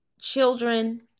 children